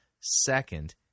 second